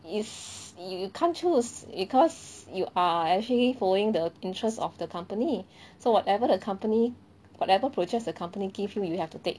is you can't choose it because you are actually following the interests of the company so whatever the company whatever approaches the company give you you have to take